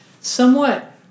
somewhat